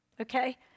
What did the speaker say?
Okay